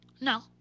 No